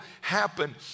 happen